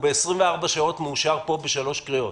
ב-24 שעות הוא יאושר פה בשלוש קריאות.